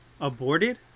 Aborted